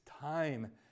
time